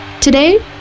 Today